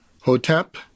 hotep